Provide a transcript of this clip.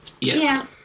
Yes